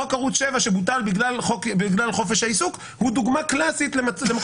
חוק ערוך 7 שבוטל בגלל חופש העיסוק הוא דוגמה קלסית למקום